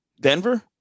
Denver